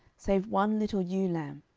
save one little ewe lamb,